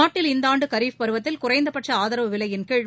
நாட்டில் இந்த ஆண்டு கரீஃப் பருவத்தில் குறைந்தபட்ச ஆதரவு விலையின் கீழ்